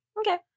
Okay